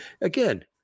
Again